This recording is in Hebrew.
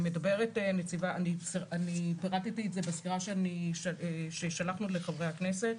אני פירטתי את זה בסקירה ששלחנו לחברי הכנסת,